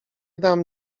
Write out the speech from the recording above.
dam